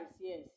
yes